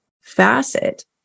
facet